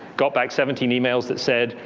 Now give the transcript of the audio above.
got back seventeen emails that said,